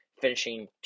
finishing